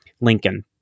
Lincoln